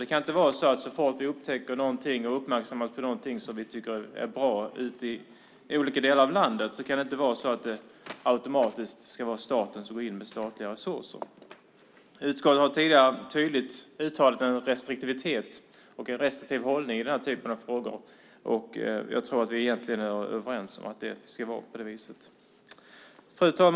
Det kan inte vara så att staten automatiskt ska gå in med resurser så fort vi upptäcker någonting eller blir uppmärksammande på någonting som anses bra ute i olika delar av landet. Utskottet har tidigare tydligt uttalat en restriktivitet, en restriktiv hållning, i den här typen av frågor. Jag tror att vi egentligen är överens om att det ska vara på det viset. Fru talman!